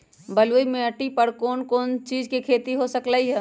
बलुई माटी पर कोन कोन चीज के खेती हो सकलई ह?